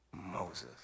Moses